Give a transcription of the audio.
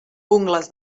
ungles